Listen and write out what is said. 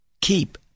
keep